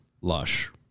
Lush